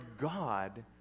God